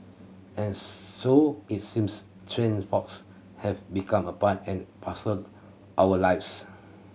and so it seems train faults have become a part and parcel our lives